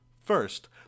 First